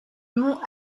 mont